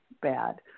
bad